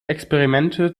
experimente